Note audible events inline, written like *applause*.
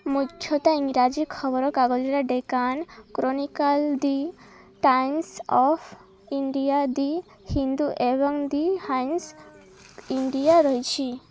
ମୁଖ୍ୟତଃ ଇଂରାଜୀ ଖବରକାଗଜରେ Deccan Chronicle the Times of India the Hindu ଏବଂ ଦି *unintelligible* ଇଣ୍ଡିଆ ରହିଛି